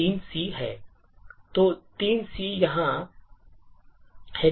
तो 3C यहाँ hexadecimal संकेतन है